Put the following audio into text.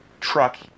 truck